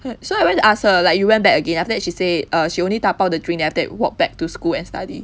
so I went to ask her like you went back again ah after that she say err she only 打包 the drink then after that walked back to school and study